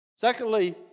Secondly